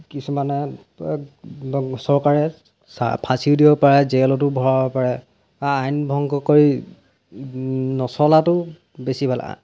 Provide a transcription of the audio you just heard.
কিছুমানে চৰকাৰে ফাচীও দিব পাৰে জেলতো ভৰাব পাৰে বা আইন ভংগ কৰি নচলাতো বেছি ভাল